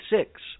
six